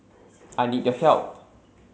I need your help